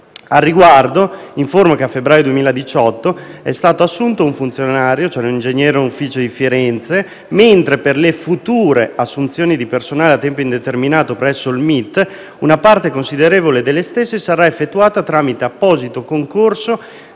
Al riguardo, informo che a febbraio 2018 è stato assunto un funzionario ingegnere nell'ufficio di Firenze, mentre per le future assunzioni di personale a tempo indeterminato presso il MIT, una parte considerevole delle stesse sarà effettuata tramite apposito concorso